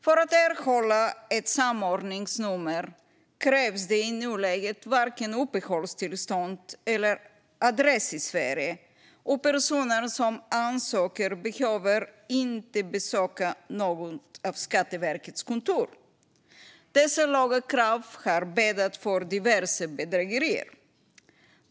För att erhålla ett samordningsnummer krävs det i nuläget varken uppehållstillstånd eller adress i Sverige, och personen som ansöker behöver inte besöka något av Skatteverkets kontor. Dessa låga krav har bäddat för diverse bedrägerier.